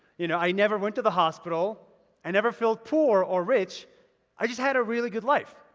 you know, i never went to the hospital i never felt poor or rich i just had a really good life.